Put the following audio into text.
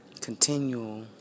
continual